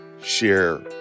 share